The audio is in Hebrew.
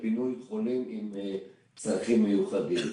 לפינוי חולים עם צרכים מיוחדים.